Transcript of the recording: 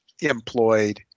employed